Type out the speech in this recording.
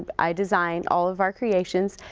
i designed all of our creations.